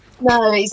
No